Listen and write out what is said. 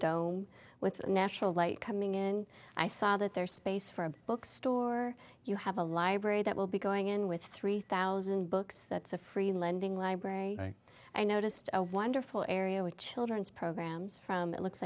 dome with national light coming in i saw that their space for a book store you have a library that will be going in with three thousand books that's a free lending library i noticed a wonderful area with children's programs from it looks